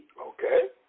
Okay